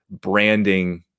branding